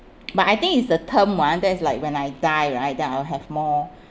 but I think it's the term one that's like when I die right then I will have more